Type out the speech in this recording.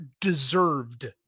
deserved